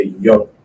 young